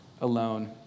alone